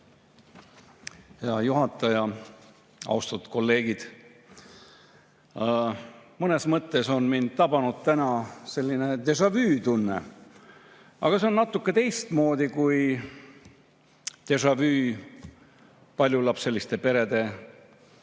Hea juhataja! Austatud kolleegid! Mõnes mõttes on mind tabanud täna sellinedéjà-vu-tunne. Aga see on natuke teistmoodi kuidéjà-vupaljulapseliste perede